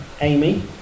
amy